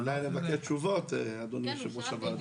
אולי לבקש תשובות, אדוני יושב-ראש הוועדה.